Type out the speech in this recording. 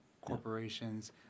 corporations